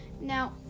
now